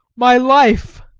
my life,